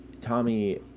Tommy